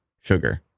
sugar